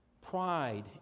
Pride